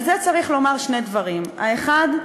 על זה צריך לומר שני דברים: האחד,